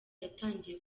yatangiye